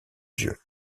dieux